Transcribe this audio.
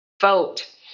vote